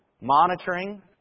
monitoring